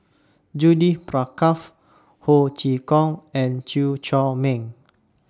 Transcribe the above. Judith Prakash Ho Chee Kong and Chew Chor Meng